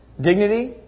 Dignity